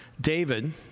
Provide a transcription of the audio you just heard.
David